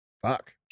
fuck